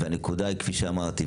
והנקודה היא כפי שאמרתי,